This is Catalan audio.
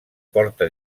porta